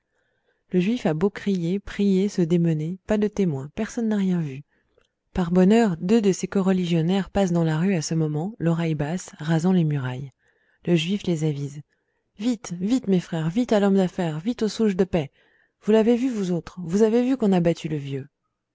le juif a beau crier prier se démener pas de témoin personne n'a rien vu par bonheur deux de ses coreligionnaires passent dans la rue à ce moment l'oreille basse rasant les murailles le juif les avise vite vite mes frères vite à l'homme d'affaires vite au zouge de paix vous l'avez vu vous autres vous avez vu qu'on a battu le vieux